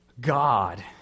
God